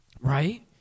right